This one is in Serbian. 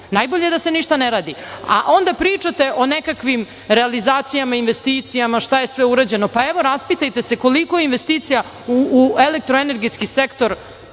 najbolje da se ništa ne radi. Onda pričate o nekakvim realizacijama, investicijama, šta je sve urađeno. Pa, evo, raspitajte se koliko je investicija u elektro-energetski sektor